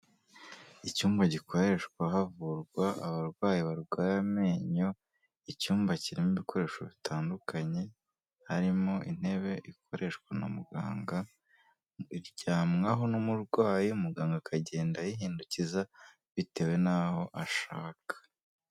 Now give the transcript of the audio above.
Icyumba gikoreshwa havurwa abarwayi barwaye amenyo, icyumba kirimo ibikoresho bitandukanye, harimo intebe ikoreshwa na muganga, iryamwaho n'umurwayi, muganga akagenda ayihindukiza bitewe n'aho ashaka.